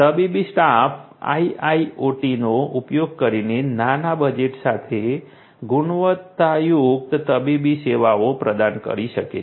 તબીબી staff IIoT નો ઉપયોગ કરીને નાના બજેટ સાથે ગુણવત્તાયુક્ત તબીબી સેવાઓ પ્રદાન કરી શકે છે